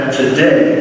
today